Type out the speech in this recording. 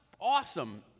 awesome